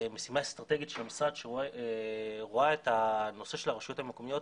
משימה אסטרטגית של המשרד שרואה את הנושא של הרשויות המקומיות